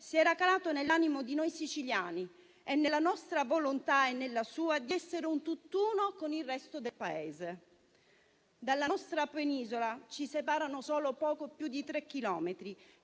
si era calato nell'animo di noi siciliani e nella nostra volontà - e nella sua - di essere un tutt'uno con il resto del Paese. Dalla nostra penisola ci separano solo poco più di 3 chilometri,